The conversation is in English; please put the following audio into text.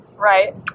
right